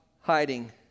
hiding